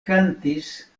kantis